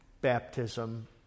baptism